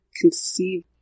conceive